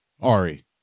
Ari